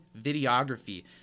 Videography